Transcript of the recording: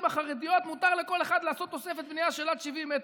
החרדיות מותר לכל אחד לעשות תוספת בנייה של עד 70 מטר.